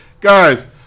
guys